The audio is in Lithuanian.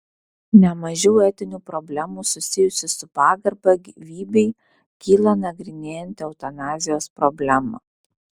ne mažiau etinių problemų susijusių su pagarba gyvybei kyla nagrinėjant eutanazijos problemą